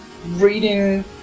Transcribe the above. reading